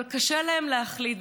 אבל קשה להם להחליט,